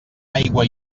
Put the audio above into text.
aigua